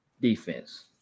defense